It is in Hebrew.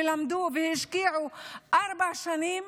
למדו והשקיעו ארבע שנים,